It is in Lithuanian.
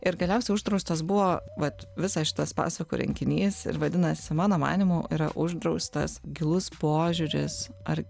ir galiausiai uždraustas buvo vat visas šitas pasakų rinkinys ir vadinasi mano manymu yra uždraustas gilus požiūris ar